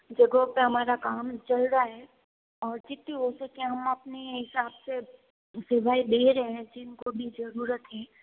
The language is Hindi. जगहों पर हमारा काम चल रहा है और जितनी हो सके हम अपने हिसाब से सेवाएँ दे रहें हैं जिनको भी ज़रूरत है